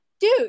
Dude